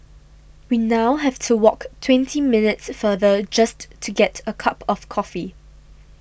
we now have to walk twenty minutes farther just to get a cup of coffee